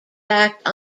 act